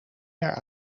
jaar